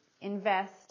Invest